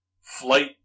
flight